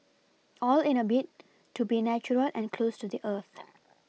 all in a bid to be natural and close to the earth